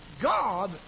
God